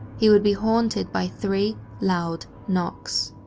he would be haunted by three, loud knocks.